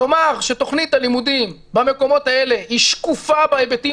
לומר שתכנית הלימודים במקומות האלה היא שקופה בהיבטים